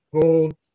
gold